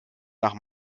nach